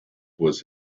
was